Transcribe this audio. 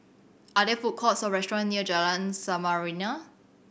are there food courts or restaurant near Jalan Samarinda